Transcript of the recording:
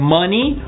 money